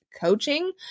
coaching